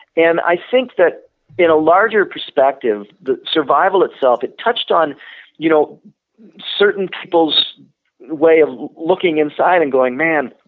and i think that in a larger perspective the survival itself it touched on you know certain people's way of looking inside and going, man,